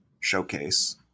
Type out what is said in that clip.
Showcase